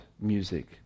music